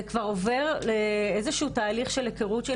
זה כבר עובר איזשהו תהליך של הכרות של